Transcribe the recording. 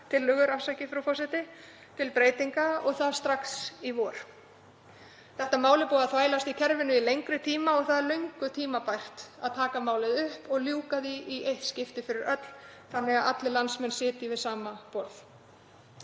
tillögur til breytinga og það strax í vor. Þetta mál er búið að þvælast í kerfinu í lengri tíma og það er löngu tímabært að taka það upp og ljúka því í eitt skipti fyrir öll þannig að allir landsmenn sitji við sama borð.